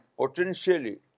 potentially